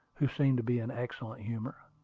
who seemed to be in excellent humor.